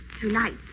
tonight